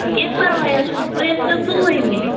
کیٚنٛہہ پَرواے حظ چھُنہٕ تُہۍ حظ ییٖزیو ژوٚوُمے